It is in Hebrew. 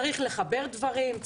צריך לחבר דברים.